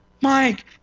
Mike